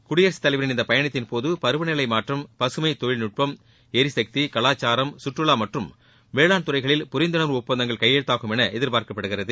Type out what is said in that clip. குடியரசு தலைவரின் இந்தப் பயணத்தின் போது பருவநிலை மாற்றம் பசுமை தொழில்நுட்பம் எரிசக்தி கலாச்சாரம் சுற்றுலா மற்றும் வேளாண் துறைகளில் புரிந்துணர்வு ஒப்பந்தங்கள் கையெழுத்தாகும் என எதிர்பார்க்கப்படுகிறது